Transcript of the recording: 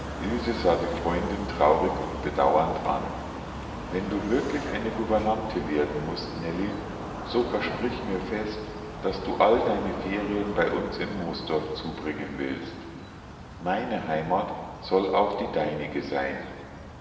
sah die freundin traurig und bedauernd an wenn du wirklich eine gouvernante werden mußt nellie so versprich mir fest daß du all deine ferien bei uns in moosdorf zubringen willst meine heimat soll auch die deinige sein